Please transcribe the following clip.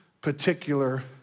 Particular